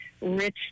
rich